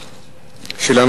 השיפוט.